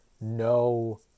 no